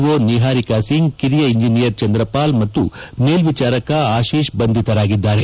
ಒ ನಿಹಾರಿಕಾ ಸಿಂಗ್ ಕಿರಿಯ ಇಂಜಿನಿಯರ್ ಚಂದ್ರಪಾಲ್ ಮತ್ತು ಮೇಲ್ವಿಚಾರಕ ಆಶಿಶ್ ಬಂಧಿತರಾಗಿದ್ದಾರೆ